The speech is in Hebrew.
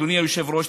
אדוני היושב-ראש,